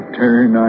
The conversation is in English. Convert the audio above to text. turn